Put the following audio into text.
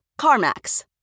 CarMax